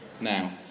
now